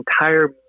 entire